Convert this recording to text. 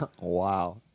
Wow